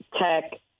Tech